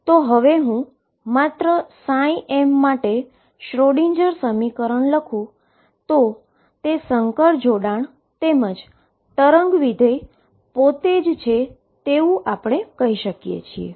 તો હવે માત્ર હુ mમાટે શ્રોડિંજર Schrödinger સમીકરણ લખુ તો તે કોમ્પ્લેક્સ કોંજ્યુગેટ તેમજ વેવ ફંક્શન પોતે જ છે તેવું આપણે કહી શકીએ છીએ